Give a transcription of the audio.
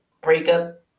breakup